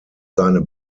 seine